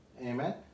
amen